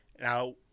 now